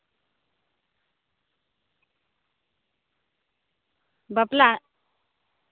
ᱵᱟᱯᱞᱟᱜ